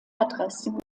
adressen